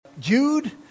Jude